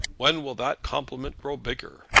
when will that compliment grow bigger?